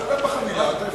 שלם בחבילה את ההפרש.